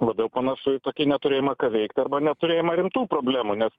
labiau panašu į tokį neturėjimą ką veikt arba neturėjimą rimtų problemų nes